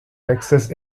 texas